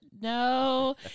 no